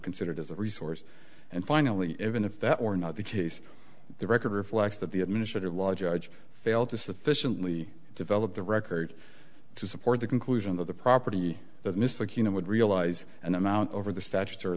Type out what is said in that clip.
considered as a resource and finally even if that were not the case the record reflects that the administrative law judge failed to sufficiently develop the record to support the conclusion that the property that mr aquino would realize and amount over the statutory